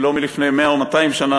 היא לא מלפני 100 או 200 שנה,